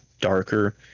darker